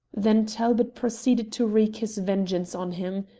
then talbot proceeded to wreak his vengeance on him.